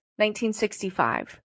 1965